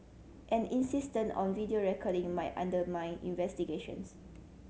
an insistence on video recording might undermine investigations